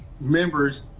members